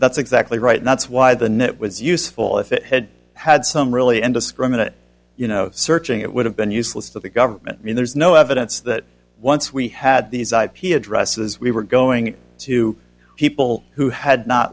that's exactly right and that's why the net was useful if it had some really and discriminant you know searching it would have been useless to the government i mean there's no evidence that once we had these ip addresses we were going to people who had not